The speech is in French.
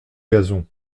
gazon